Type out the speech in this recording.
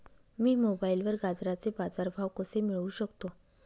मी मोबाईलवर गाजराचे बाजार भाव कसे मिळवू शकतो?